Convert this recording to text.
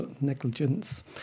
negligence